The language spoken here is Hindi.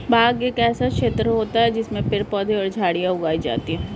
बाग एक ऐसा क्षेत्र होता है जिसमें पेड़ पौधे और झाड़ियां उगाई जाती हैं